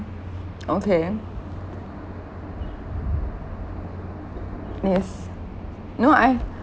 okay yes no I